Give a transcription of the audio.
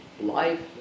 life